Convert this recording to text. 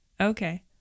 Okay